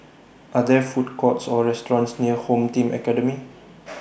Are There Food Courts Or restaurants near Home Team Academy